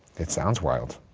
it sounds wild.